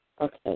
Okay